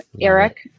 Eric